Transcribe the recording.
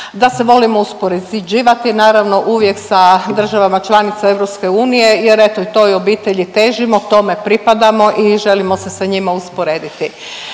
da se volimo uspoređivati naravno, uvijek sa državama članicama EU jer eto, toj obitelji težimo, tome pripadamo i želimo se sa njima usporediti.